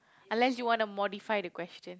unless you want to modify the question